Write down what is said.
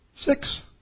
Six